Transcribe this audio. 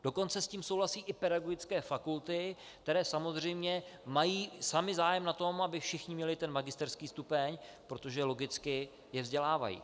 Dokonce s tím souhlasí i pedagogické fakulty, které samozřejmě mají samy zájem na tom, aby všichni měli magisterský stupeň, protože logicky je vzdělávají.